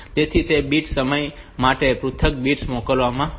તેથી તે બીટ સમય માટે પૃથક બિટ્સ મોકલવામાં આવશે